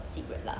cigarette lah